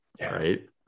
right